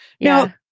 Now